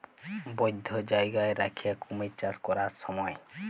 বধ্য জায়গায় রাখ্যে কুমির চাষ ক্যরার স্যময়